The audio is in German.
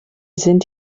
sind